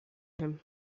him